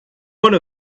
one